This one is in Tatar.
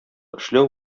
эшләү